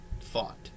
thought